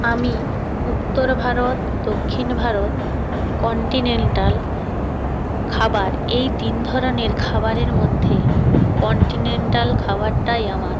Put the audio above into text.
আমি উত্তর ভারত দক্ষিণ ভারত কন্টিনেন্টাল খাবার এই তিন ধরনের খাবারের মধ্যে কন্টিনেন্টাল খাবারটাই আমার